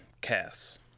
Cass